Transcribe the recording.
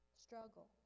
struggle